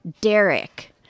Derek